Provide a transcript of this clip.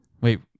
Wait